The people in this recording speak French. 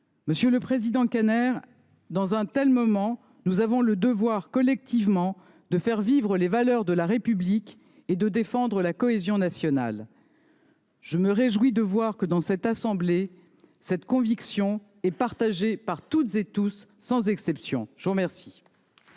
Monsieur le président Kanner, dans un tel moment, nous avons collectivement le devoir de faire vivre les valeurs de la République et de défendre la cohésion nationale. Je me réjouis de constater que, dans cette assemblée, cette conviction est partagée par toutes et tous, sans exception. La parole